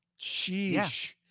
Sheesh